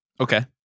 Okay